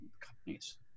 companies